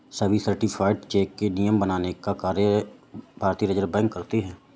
सभी certified cheque के नियम बनाने का कार्य भारतीय रिज़र्व बैंक करती है